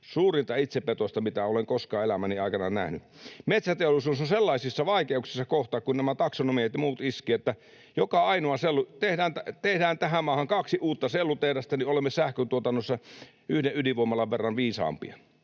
suurinta itsepetosta, mitä olen koskaan elämäni aikana nähnyt. Metsäteollisuus on kohta sellaisissa vaikeuksissa, kun nämä taksonomiat ja muut iskevät, että joka ainoa... Tehdään tähän maahan kaksi uutta sellutehdasta, niin olemme sähköntuotannossa yhden ydinvoimalan verran viisaampia.